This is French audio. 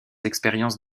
expériences